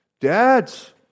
Dads